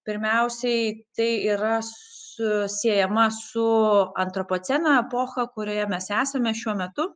pirmiausiai tai yra su siejama su antropoceno epocha kurioje mes esame šiuo metu